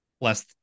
less